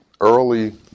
early